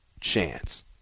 chance